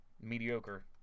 mediocre